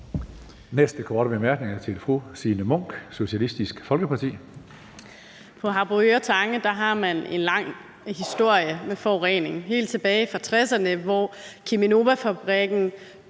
Næste korte bemærkning er til fru Signe Munk, Socialistisk Folkeparti. Kl. 19:23 Signe Munk (SF): På Harboøre Tange har man en lang historie med forurening. Det er helt tilbage fra 1960'erne, hvor Cheminovafabrikken